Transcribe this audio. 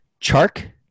Chark